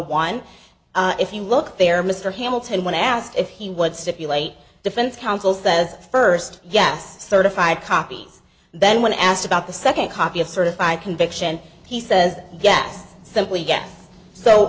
one if you look there mr hamilton when asked if he would stimulate defense counsel says first yes certified copy then when asked about the second copy of certified conviction he says yes simply yes so